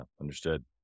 Understood